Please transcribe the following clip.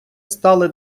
стали